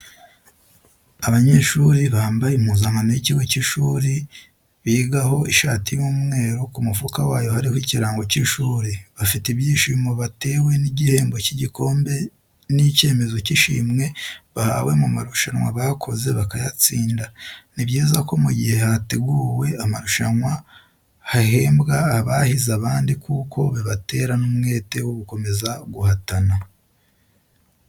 Abanyeshuri bambaye impuzankano y'ikigo cy'ishuri bigaho ishati y'umweru ku mufuka wayo hariho ikirango cy'ishuri, bafite ibyishimo batewe n'igihembo cy'igikombe n'icyemezo cy'ishimwe bahawe mu marushanwa bakoze bakayatsinda. Ni byiza ko mu gihe hateguwe amarusanwa hahembwa abahize abandi kuko bibatera n'umwete wo gukomeza guhatana.